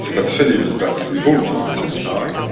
that's funny, but that's revolting at the same time.